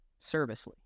servicely